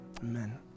amen